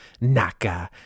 Naka